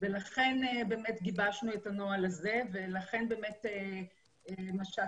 לכן באמת גיבשנו את הנוהל הזה ולכן באמת משק"יות